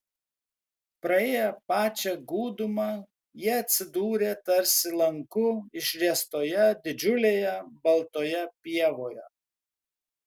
praėję pačią gūdumą jie atsidūrė tarsi lanku išriestoje didžiulėje baltoje pievoje